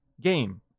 game